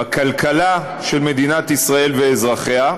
בכלכלה של מדינת ישראל ואזרחיה.